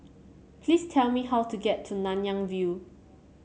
please tell me how to get to Nanyang View